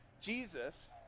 Jesus